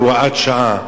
"הוראת שעה".